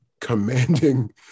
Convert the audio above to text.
commanding